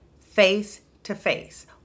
face-to-face